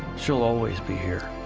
she'll always be here,